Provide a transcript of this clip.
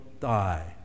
die